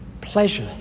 pleasure